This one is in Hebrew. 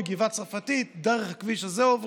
מהגבעה הצרפתית עוברים דרך הכביש הזה.